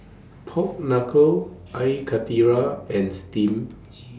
Pork Knuckle Air Karthira and Steamed